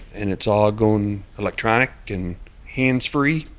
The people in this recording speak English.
and it's all going electronic and hands-free.